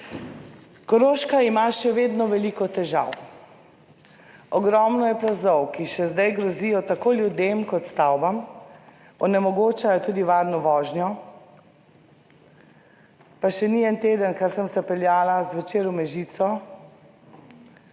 Koroška ima še vedno veliko težav, ogromno je plazov, ki še zdaj grozijo tako ljudem kot stavbam, onemogočajo tudi varno vožnjo, pa še ni en teden, ker sem se peljala zvečer v Mežico